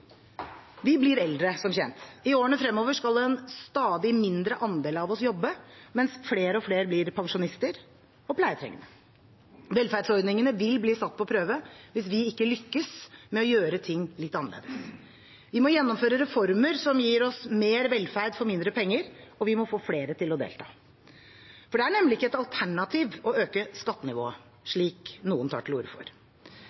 Vi blir eldre, som kjent. I årene fremover skal en stadig mindre andel av oss jobbe, mens flere og flere blir pensjonister og pleietrengende. Velferdsordningene vil bli satt på prøve hvis vi ikke lykkes med å gjøre ting litt annerledes. Vi må gjennomføre reformer som gir oss mer velferd for mindre penger, og vi må få flere til å delta. For det er nemlig ikke et alternativ å øke skattenivået,